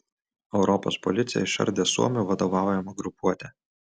europos policija išardė suomių vadovaujamą grupuotę